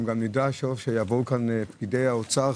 אנחנו גם נראה כאשר יבואו לכאן פקידי משרד האוצר,